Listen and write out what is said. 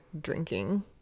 drinking